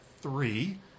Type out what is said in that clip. three